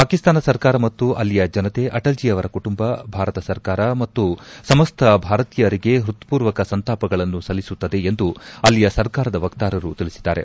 ಪಾಕಿಸ್ತಾನ ಸರ್ಕಾರ ಮತ್ತು ಅಲ್ಲಿಯ ಜನತೆ ಅಟಲ್ಜಿ ಅವರ ಕುಟುಂಬ ಭಾರತ ಸರ್ಕಾರ ಮತ್ತು ಸಮಸ್ತ ಭಾರತೀಯರಿಗೆ ಹೃತ್ವೂರ್ವಕ ಸಂತಾಪಗಳನ್ನು ಸಲ್ಲಿಸುತ್ತದೆ ಎಂದು ಅಲ್ಲಿಯ ಸರ್ಕಾರದ ವಕ್ತಾರರು ತಿಳಿಸಿದ್ದಾರೆ